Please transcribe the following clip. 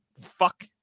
Fuck